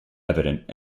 evident